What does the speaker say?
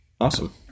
Awesome